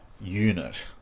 unit